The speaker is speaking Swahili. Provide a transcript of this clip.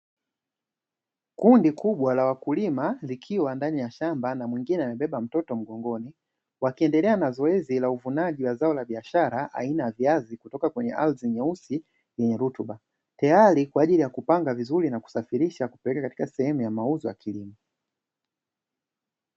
Kundi kubwa la wakulima likiwa ndani ya shamba na mwingine amebeba mtoto mgongoni, wakiendelea na zoezi la uvunaji wa zao la biashara aina ya viazi kutoka kwenye ardhi nyeusi yenye rutuba, tayari kwa ajili ya kupanga vizuri na kusafirisha kupeleka katika sehemu ya mauzo ya kilimo.